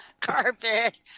carpet